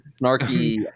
snarky